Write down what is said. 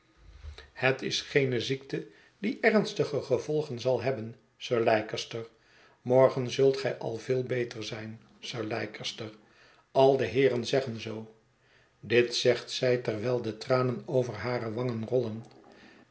het is geene ziekte die ernstige gevolgen zal hebben sir leicester morgen zult gij al veel beter zijn sir leicester al de heeren zeggen zoo dit zegt zij terwijl de tranen over hare wangen rollen